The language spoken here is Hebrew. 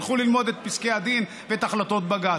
תלכו ללמוד את פסקי הדין ואת החלטות בג"ץ.